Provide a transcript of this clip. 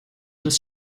des